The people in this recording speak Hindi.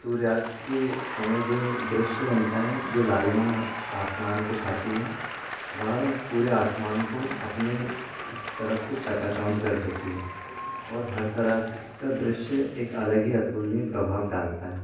सूर्यास्त के समय जो दृश्य बनता है जो लालिमा आसमान को छाती है वह पूरे आसमान को अपने तरफ़ से चकाचौंध कर देती है और हर तरह से इसका दृश्य एक अलग ही अतुल्य प्राभाव डालता है